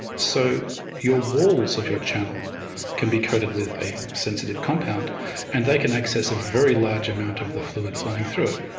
so your walls of your channel can be coated with a sensitive compound and they can access a very large amount of the fluid flowing through it.